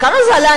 כמה זה עלה?